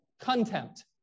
contempt